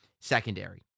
secondary